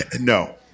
No